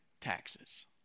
taxes